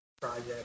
project